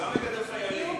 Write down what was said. גם הוא מגדל חיילים.